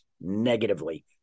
negatively